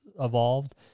evolved